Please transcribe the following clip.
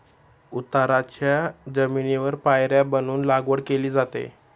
उताराच्या जमिनीवर पायऱ्या बनवून लागवड केली जाते